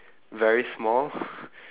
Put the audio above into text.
very small